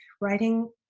writing